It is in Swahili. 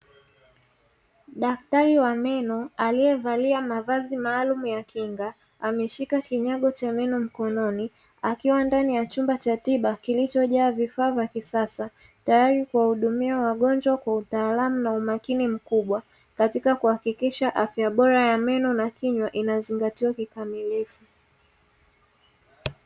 Daktari wa meno aliyevalia mavazi maalumu ya kinga, ameshika kinyago cha meno mkononi, akiwa ndani ya chumba cha tiba kilicho jaa vifaa vya kisasa tayari kuwahudumia wangonjwa kwa utaalamu na umakini mkubwa, katika kuhakikisha afya bora ya meno na kinywa unazingatiwa kiukamilifu.